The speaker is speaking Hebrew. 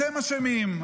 אתם אשמים,